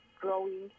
growing